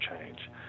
change